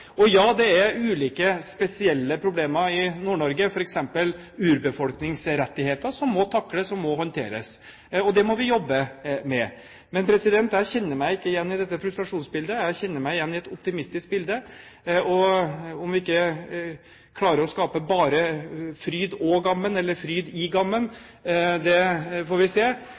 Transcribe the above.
Og ja, det er ulike spesielle problemer i Nord-Norge, f.eks. må urbefolkningens rettigheter takles og håndteres. Det må vi jobbe med. Men jeg kjenner meg ikke igjen i dette frustrasjonsbildet. Jeg kjenner meg igjen i et optimistisk bilde, og om vi ikke klarer å skape bare fryd og gammen – eller fryd i gammen; det får vi se